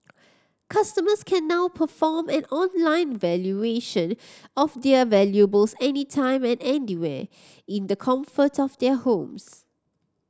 customers can now perform an online valuation of their valuables any time and anywhere in the comfort of their homes